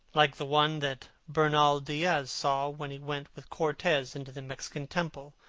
like the one that bernal diaz saw when he went with cortes into the mexican temple,